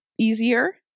easier